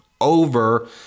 over